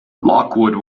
lockwood